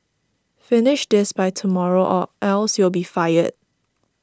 finish this by tomorrow or else you'll be fired